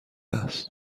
است